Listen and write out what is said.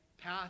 path